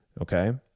Okay